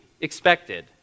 expected